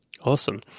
Awesome